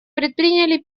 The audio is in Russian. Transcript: предприняли